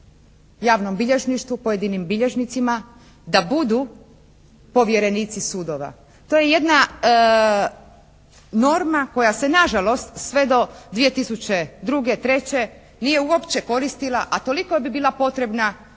javnom bilježništvu, pojedinim bilježnicima da budu povjerenici sudova. To je jedna norma koja se na žalost sve do 2002., 2003. nije uopće koristila, a toliko bi bila potrebna